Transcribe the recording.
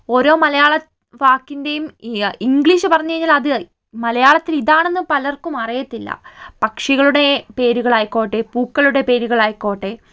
ഓരോ മലയാള വാക്കിൻ്റെയും ഇംഗ്ലീഷ് പറഞ്ഞുകഴിഞ്ഞാൽ അത് മലയാളത്തിൽ ഇതാണെന്നു പലർക്കും അറിയത്തില്ല പക്ഷികളുടെ പേരുകളായിക്കോട്ടെ പൂക്കളുടെ പേരുകളായിക്കോട്ടെ